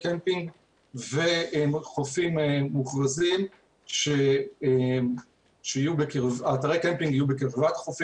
שניים או שלושה דברים שבעיניי הם סופר דחופים: 1. הנושא של האכיפה אני לא שומעת שיש אכיפה חזקה,